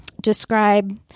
describe